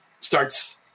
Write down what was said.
starts